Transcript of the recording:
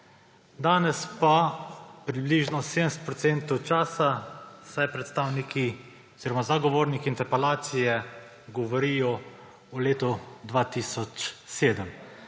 Danes pa približno 70 procentov časa, vsaj predstavniki oziroma zagovorniki interpelacije, govorijo o letu 2007.